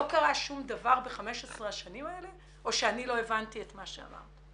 לא קרה שום דבר במשך 15 השנים האלה או שאני לא הבנתי את מה שאמרת?